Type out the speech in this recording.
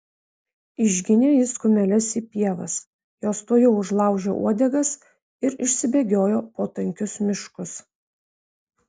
išginė jis kumeles į pievas jos tuojau užlaužė uodegas ir išsibėgiojo po tankius miškus